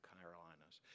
Carolinas